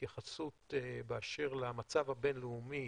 התייחסות באשר למצב הבין-לאומי,